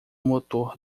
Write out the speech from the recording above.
motor